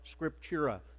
scriptura